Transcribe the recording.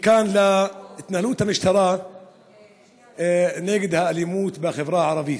מכאן להתנהלות המשטרה נגד האלימות בחברה הערבית.